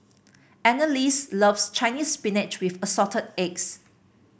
Annalise loves Chinese Spinach with Assorted Eggs